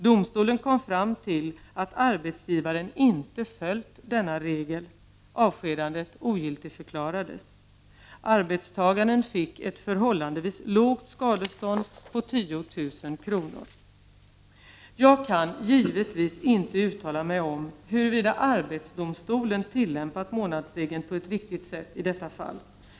Domstolen kom fram till att arbetsgivaren inte följt denna regel. Avskedandet ogiltigförklarades. Arbetstagaren fick ett förhållandevis lågt skadestånd om 10 000 kronor. Jag kan givetvis inte uttala mig om huruvida arbetsdomstolen i detta fall tillämpat månadsregeln på ett riktigt sätt.